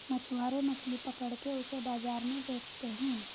मछुआरे मछली पकड़ के उसे बाजार में बेचते है